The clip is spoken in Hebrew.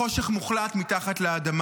בחושך מוחלט מתחת לאדמה.